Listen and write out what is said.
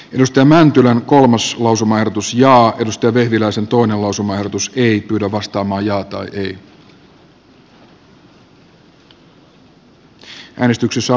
jos tämän kevään kolmas lausumaehdotus ja osti vehviläisen tuon lausumaehdotus ovat vastakkaiset